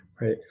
right